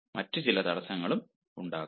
മറ്റ് ചില തടസ്സങ്ങളും ഉണ്ടാകാം